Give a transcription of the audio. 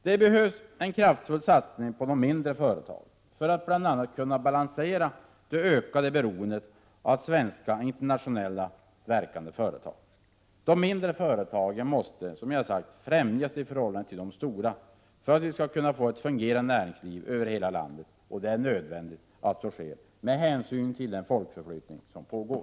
Det behövs en kraftfull satsning på de mindre företagen för att bl.a. kunna balansera det ökade beroendet av svenska, internationellt verkande företag. De mindre företagen måste främjas i förhållande till de stora för att ett fungerande näringsliv över hela landet skall kunna upprätthållas. Det är nödvändigt att så sker med hänsyn till den folkförflyttning som pågår.